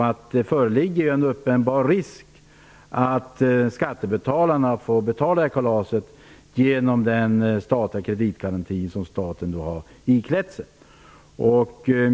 Dessutom föreligger det en uppenbar risk för att skattebetalarna får betala det här kalaset, genom den statliga kreditgaranti som staten har iklätt sig.